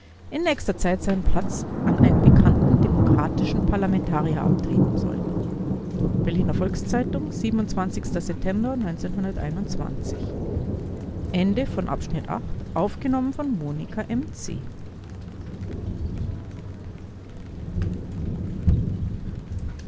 in nächster zeit seinen platz an einen bekannten demokratischen parlamentarier abtreten soll berliner volks-zeitung